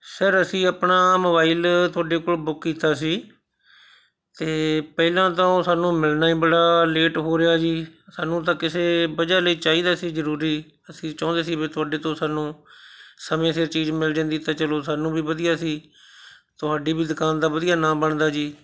sir ਅਸੀਂ ਆਪਣਾ mobile ਤੁਹਾਡੇ ਕੋਲ ਬੁੱਕ ਕੀਤਾ ਸੀ ਅਤੇ ਪਹਿਲਾਂ ਤਾਂ ਉਹ ਸਾਨੂੰ ਮਿਲਣਾ ਹੀ ਬੜਾ ਲੇਟ ਹੋ ਰਿਹਾ ਜੀ ਸਾਨੂੰ ਤਾਂ ਕਿਸੇ ਵਜ੍ਹਾ ਲਈ ਚਾਹੀਦਾ ਸੀ ਜ਼ਰੂਰੀ ਅਸੀਂ ਚਾਹੁੰਦੇ ਸੀ ਵੀ ਤੁਹਾਡੇ ਤੋਂ ਸਾਨੂੰ ਸਮੇਂ ਸਿਰ ਚੀਜ਼ ਮਿਲ ਜਾਂਦੀ ਤਾਂ ਚੱਲੋ ਸਾਨੂੰ ਵੀ ਵਧੀਆ ਸੀ ਤੁਹਾਡੀ ਵੀ ਦੁਕਾਨ ਦਾ ਵਧੀਆ ਨਾਮ ਬਣਦਾ ਜੀ